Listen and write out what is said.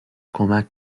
کمک